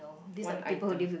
one item